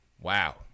Wow